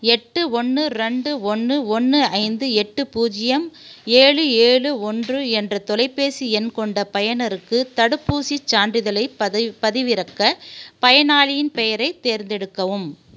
எட்டு ஒன்று ரெண்டு ஒன்று ஒன்று ஐந்து எட்டு பூஜ்ஜியம் ஏழு ஏழு ஒன்று என்ற தொலைபேசி எண் கொண்ட பயனருக்கு தடுப்பூசிச் சான்றிதழைப் பதை பதிவிறக்க பயனாளியின் பெயரைத் தேர்ந்தெடுக்கவும்